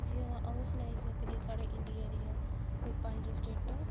जि'यां अ'ऊं सनाई सकनी साढ़े इंडिया दियां कोई पंज स्टेटां